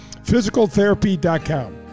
physicaltherapy.com